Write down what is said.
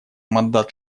мандат